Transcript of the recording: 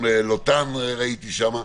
גם --- ראיתי שם.